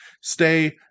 stay